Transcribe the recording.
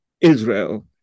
Israel